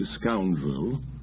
scoundrel